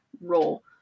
role